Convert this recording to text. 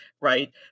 right